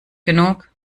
genug